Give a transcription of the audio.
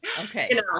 Okay